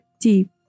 Deep